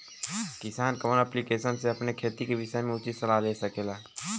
किसान कवन ऐप्लिकेशन से अपने खेती के विषय मे उचित सलाह ले सकेला?